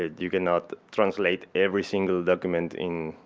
you cannot translate every single document in,